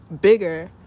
bigger